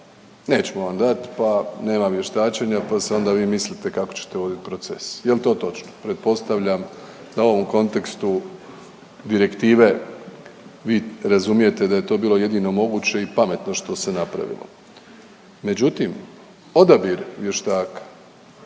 nećemo vam dat, pa nema vještačenja, pa se onda vi mislite kako ćete vodit proces, jel to točno? Pretpostavljam na ovom kontekstu direktive vi razumijete da je to bilo jedino moguće i pametno što se napravilo. Međutim, odabir vještaka,